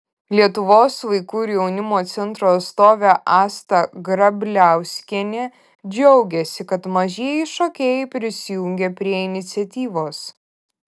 lietuvos vaikų ir jaunimo centro atstovė asta grabliauskienė džiaugėsi kad mažieji šokėjai prisijungė prie iniciatyvos